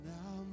Now